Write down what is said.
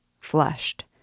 flushed